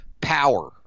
power